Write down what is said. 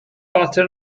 butter